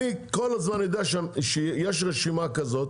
אני כל הזמן יודע שיש רשימה כזאת.